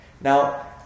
Now